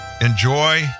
Enjoy